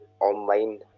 online